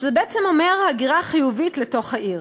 שזה בעצם אומר הגירה חיובית לתוך העיר.